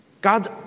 God's